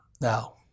Now